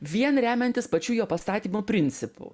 vien remiantis pačiu jo pastatymo principu